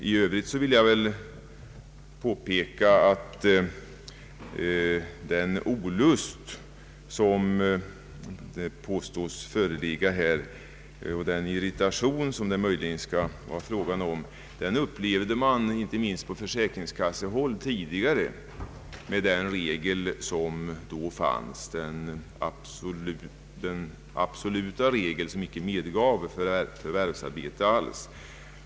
I övrigt vill jag påpeka att den olust som påstås föreligga och den irritation som det möjligen kan vara fråga om den upplevde man tidigare, inte minst på försäkringskassehåll, med den regel som då fanns, nämligen den absoluta regel som inte medgav något förvärvsarbete alls.